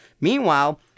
Meanwhile